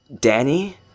Danny